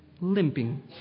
limping